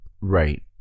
Right